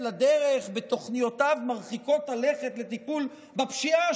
לדרך בתוכניותיו מרחיקות הלכת לטיפול בפשיעה,